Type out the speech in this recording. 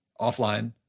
offline